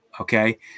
Okay